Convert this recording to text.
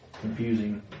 confusing